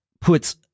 puts